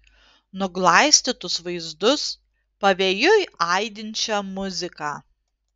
nuglaistytus vaizdus pavėjui aidinčią muziką